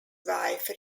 wife